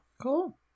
cool